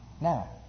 Now